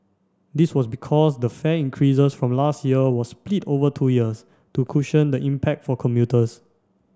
this was because the fare increases from last year was split over two years to cushion the impact for commuters